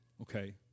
okay